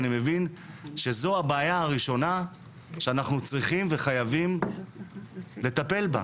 אני מבין שזו הבעיה הראשונה שאנחנו צריכים וחייבים לטפל בה.